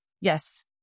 yes